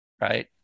right